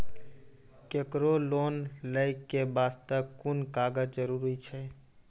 केकरो लोन लै के बास्ते कुन कागज जरूरी छै?